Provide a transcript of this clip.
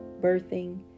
birthing